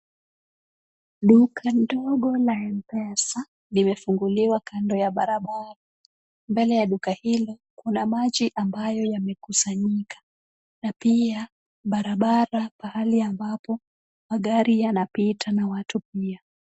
Duka ndogo la m-pesa limefunguliwa kando ya barabara. Mbele ya duka hilo, kuna maji ambayo yamekusanyika na pia barabara pahali ambapo magari yanapita na watu pia.